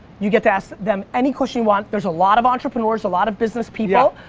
you get to ask them any question you want. there's a lot of entrepreneurs, a lot of business people.